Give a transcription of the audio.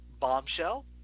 Bombshell